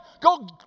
Go